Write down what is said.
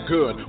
Good